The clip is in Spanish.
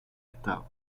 estado